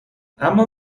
اما